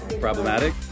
Problematic